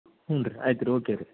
ಹ್ಞೂ ರೀ ಆಯ್ತು ರೀ ಓಕೆ ರೀ